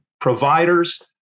providers